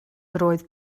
roedd